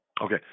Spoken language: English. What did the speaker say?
Okay